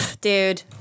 dude